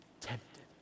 tempted